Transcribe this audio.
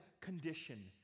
condition